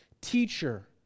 teacher